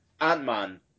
Ant-Man